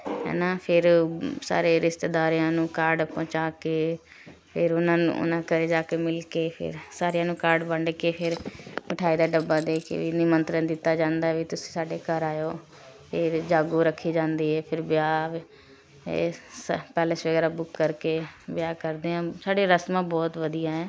ਹੈ ਨਾ ਫਿਰ ਸਾਰੇ ਰਿਸ਼ਤੇਦਾਰੀਆਂ ਨੂੰ ਕਾਰਡ ਪਹੁੰਚਾ ਕੇ ਫਿਰ ਉਹਨਾਂ ਨੂੰ ਉਨ੍ਹਾਂ ਘਰੇ ਜਾ ਕੇ ਮਿਲਕੇ ਫਿਰ ਸਾਰਿਆ ਨੂੰ ਕਾਰਡ ਵੰਡ ਕੇ ਫਿਰ ਮਿਠਾਈ ਦਾ ਡੱਬਾ ਦੇ ਕੇ ਵੀ ਨਿਮੰਤਰਨ ਦਿੱਤਾ ਜਾਂਦਾ ਵੀ ਤੁਸੀਂ ਸਾਡੇ ਘਰ ਆਇਓ ਫਿਰ ਜਾਗੋ ਰੱਖੀ ਜਾਂਦੀ ਹੈ ਫਿਰ ਵਿਆਹ ਫਿਰ ਪੈਲਿਸ ਵਗੈਰਾ ਬੁੱਕ ਕਰਕੇ ਵਿਆਹ ਕਰਦੇ ਹਾਂ ਸਾਡੇ ਰਸਮਾਂ ਬਹੁਤ ਵਧੀਆ ਹੈ